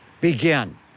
begin